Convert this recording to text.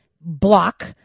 block